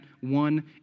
one